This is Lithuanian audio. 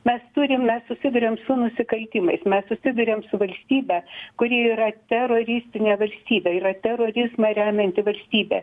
mes turim mes susiduriam su nusikaltimais mes susiduriam su valstybe kuri yra teroristinė valstybė yra terorizmą remianti valstybė